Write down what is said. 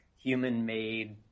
human-made